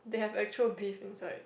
they have actual beef inside